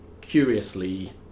curiously